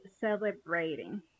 celebrating